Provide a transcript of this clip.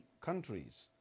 countries